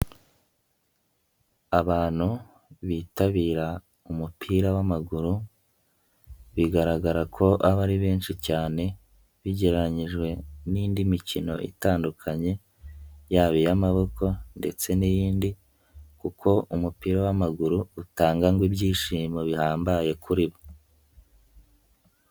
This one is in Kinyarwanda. Abantu bitabira umupira w'amaguru bigaragara ko aba ari benshi cyane bigereranyijwe n'indi mikino itandukanye yaba iy'amaboko ndetse n'iyindi kuko umupira w'amaguru utanga ngo ibyishimo bihambaye kuri bo.